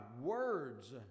words